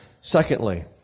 Secondly